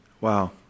Wow